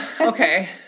Okay